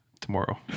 tomorrow